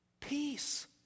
Peace